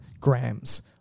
grams